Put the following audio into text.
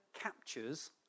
Captures